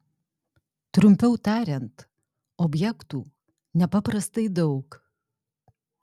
trumpiau tariant objektų nepaprastai daug